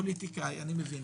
אני מבין